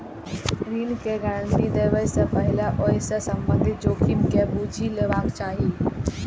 ऋण के गारंटी देबा सं पहिने ओइ सं संबंधित जोखिम के बूझि लेबाक चाही